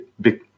big